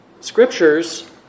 scriptures